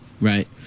right